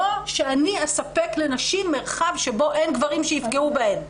לא שאני אספק לנשים מרחב שבו אין גברים שיפגעו בהן.